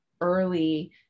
early